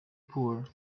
poor